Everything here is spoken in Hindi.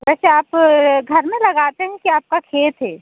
वैसे आप घर में लगाते हैं कि आपका खेत हैं